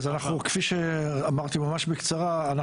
כפי שאמרתי ממש בקצרה,